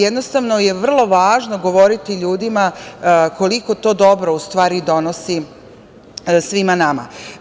Jednostavno, je vrlo važno govoriti ljudima koliko to dobro u stvari, donosi svima nama.